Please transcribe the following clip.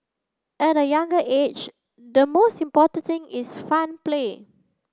at the younger age the most important thing is fun play